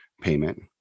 payment